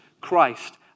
Christ